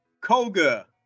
Koga